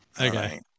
Okay